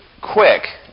quick